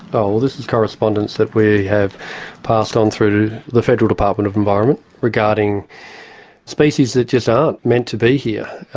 well, this is correspondence that we have passed on through to the federal department of environment regarding species that just aren't meant to be here.